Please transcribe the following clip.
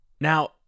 now